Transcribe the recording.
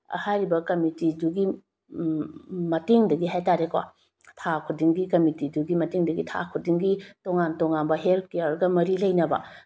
ꯍꯥꯏꯔꯤꯕ ꯀꯃꯤꯇꯤꯗꯨꯒꯤ ꯃꯇꯦꯡꯗꯒꯤ ꯍꯥꯏꯇꯔꯦꯀꯣ ꯊꯥ ꯈꯨꯗꯤꯡꯒꯤ ꯀꯝꯃꯤꯇꯤꯗꯨꯒꯤ ꯃꯇꯦꯡꯗꯒꯤ ꯊꯥ ꯈꯨꯗꯤꯡꯒꯤ ꯇꯣꯉꯥꯟ ꯇꯣꯉꯥꯟꯕ ꯍꯦꯜꯠ ꯀꯤꯌꯔꯒ ꯃꯔꯤ ꯂꯩꯅꯕ